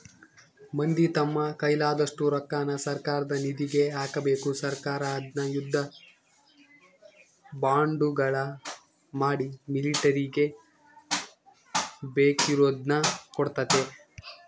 ಮಂದಿ ತಮ್ಮ ಕೈಲಾದಷ್ಟು ರೊಕ್ಕನ ಸರ್ಕಾರದ ನಿಧಿಗೆ ಹಾಕಬೇಕು ಸರ್ಕಾರ ಅದ್ನ ಯುದ್ಧ ಬಾಂಡುಗಳ ಮಾಡಿ ಮಿಲಿಟರಿಗೆ ಬೇಕಿರುದ್ನ ಕೊಡ್ತತೆ